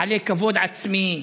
בעלי כבוד עצמי?